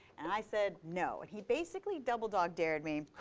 and i said, no. and he basically double dog dared me.